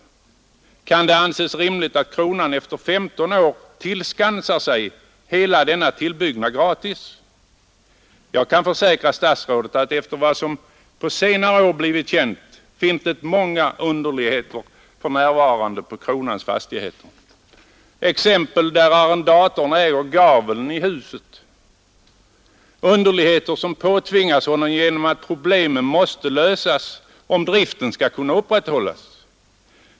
Kan det anses rimligt att kronan efter 15 år tillskansar sig hela denna tillbyggnad gratis? Jag kan försäkra statsrådet att enligt vad som på senare tid blivit känt finns det många underligheter på kronans fastigheter — det finns exempel på att arrendatorn äger en gavel i huset, etc. — underligheter som påtvingats arrendatorerna genom att problemen måste lösas om driften skall kunna upprätthållas.